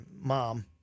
Mom